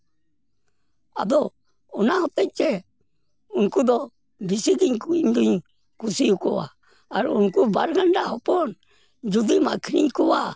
ᱟᱫᱚ ᱚᱱᱟ ᱦᱚᱛᱮᱡ ᱛᱮ ᱩᱱᱠᱩ ᱫᱚ ᱵᱮᱥᱤ ᱫᱤᱱ ᱤᱧ ᱫᱩᱧ ᱠᱩᱥᱤᱣᱟᱠᱚᱣᱟ ᱟᱨ ᱩᱱᱠᱩ ᱵᱟᱨ ᱜᱟᱱᱰᱟ ᱦᱚᱯᱚᱱ ᱡᱩᱫᱤᱢ ᱟᱹᱠᱷᱨᱤᱧ ᱠᱚᱣᱟ